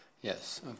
yes